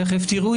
אז תודה.